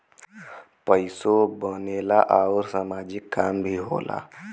पइसो बनेला आउर सामाजिक काम भी होला